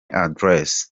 adresse